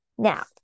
now